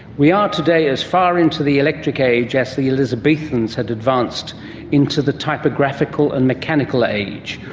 we are today as far into the electric age as the elizabethans had advanced into the typographical and mechanical age.